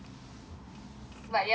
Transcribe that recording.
but ya we finised it lah